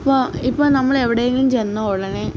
അപ്പോൾ ഇപ്പം നമ്മളെവിടെയെങ്കിലും ചെന്ന ഉടനെ